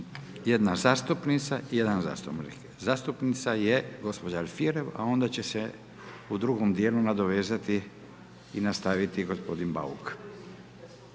jedna zastupnica i jedan zastupnik. Zastupnica je gospođa Alfirev a onda će se u drugom djelu nadovezati i nastaviti gospodin Bauk.